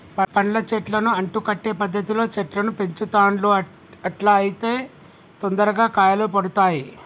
పండ్ల చెట్లను అంటు కట్టే పద్ధతిలో చెట్లను పెంచుతాండ్లు అట్లా అయితే తొందరగా కాయలు పడుతాయ్